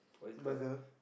burger